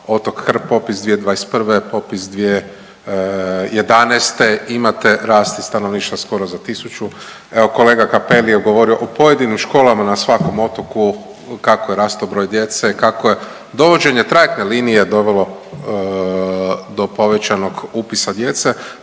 otok Krk popis 2021., popis 2011. imate rast stanovništva skoro za tisuću. Evo kolega Cappelli je govorio o pojedinim školama na svakom otoku kako je rastao broj djece, kako je dovođenje trajektne linije dovelo do povećanog upisa djece.